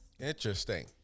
Interesting